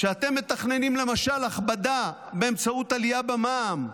כשאתם מתכננים למשל הכבדה באמצעות עלייה במע"מ,